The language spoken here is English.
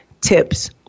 tips